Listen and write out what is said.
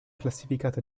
classificata